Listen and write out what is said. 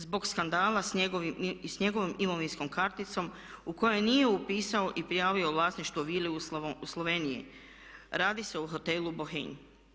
Zbog skandala sa njegovom imovinskom karticom u koju nije upisao i prijavio vlasništvo vile u Sloveniji, radi se o Hotelu Bohinj.